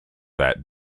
that